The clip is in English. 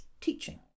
teaching